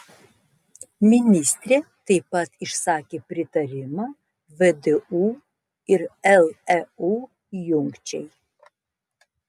ministrė taip pat išsakė pritarimą vdu ir leu jungčiai